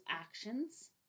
actions